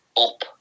up